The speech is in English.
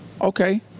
Okay